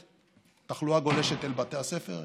התחלואה גולשת אל בתי הספר,